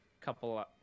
couple